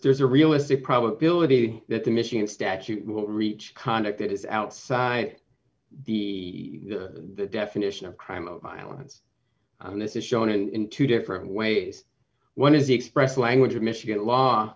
there's a realistic probability that the machine statute will reach conduct that is outside the the definition of crime of violence and this is shown in two different ways one of the expressed language of michigan law